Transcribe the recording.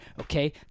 okay